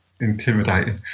intimidating